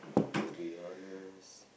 to be honest